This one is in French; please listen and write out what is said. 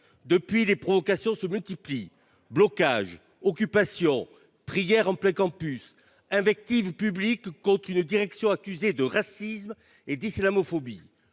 Depuis, les provocations se multiplient : blocages, occupations, prières en plein campus, invectives publiques contre une direction accusée de racisme et d’islamophobie…